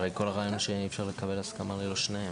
הרי כל הרעיון הוא שאי-אפשר לקבל הסכמה ללא שניהם.